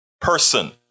person